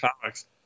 comics